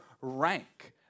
rank